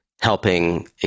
helping